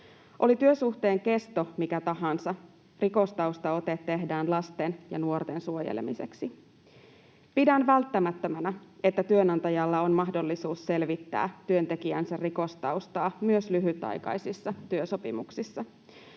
Oli työsuhteen kesto mikä tahansa, rikostaustaote tehdään lasten ja nuorten suojelemiseksi. Pidän välttämättömänä, että työnantajalla on mahdollisuus selvittää työntekijänsä rikostaustaa myös lyhytaikaisissa työsopimuksissa.